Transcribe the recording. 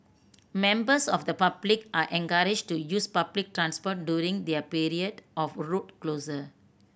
members of the public are encouraged to use public transport during the period of road closure